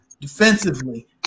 defensively